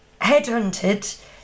headhunted